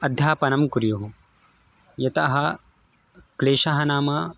अध्यापनं कुर्युः यतः क्लेशः नाम